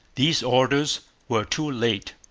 these orders were too late.